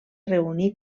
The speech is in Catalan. reunir